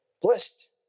blessed